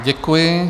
Děkuji.